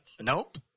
Nope